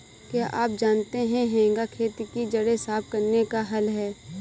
क्या आप जानते है हेंगा खेत की जड़ें साफ़ करने का हल है?